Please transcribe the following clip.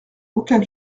aucun